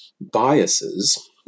biases